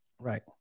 Right